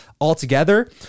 altogether